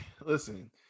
listen